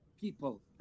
people